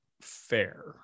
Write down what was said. fair